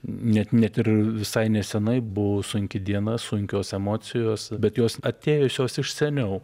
net net ir visai nesenai buvo sunki diena sunkios emocijos bet jos atėjusios iš seniau